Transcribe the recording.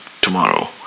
tomorrow